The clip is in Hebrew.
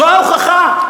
זו ההוכחה.